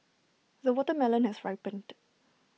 the watermelon has ripened